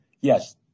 yes